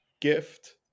gift